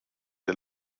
der